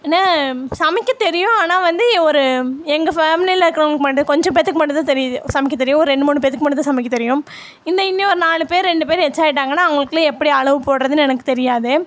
ஏன்னால் சமைக்க தெரியும் ஆனால் வந்து ஒரு எங்கள் ஃபேமிலியில் இருக்கிறவங்களுக்கு மட்டும் கொஞ்சம் பேற்றுக்கு மட்டும்தான் தெரியுது சமைக்க தெரியும் ஒரு ரெண்டு மூணு பேற்றுக்கு மட்டும்தான் சமைக்க தெரியும் இந்த இன்றையும் நாலு பேர் ரெண்டு பேர் எச்சாயிட்டாங்கனா அவங்களுக்லாம் எப்படி அளவு போடுறதுனு எனக்கு தெரியாது